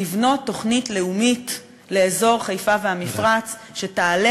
לבנות תוכנית לאומית לאזור חיפה והמפרץ שתעלה